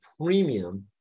premium